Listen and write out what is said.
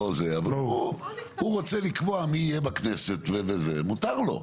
אבל הוא רוצה לקבוע מי יהיה בכנסת, מותר לו.